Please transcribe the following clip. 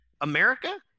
America